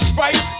right